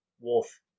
Wolf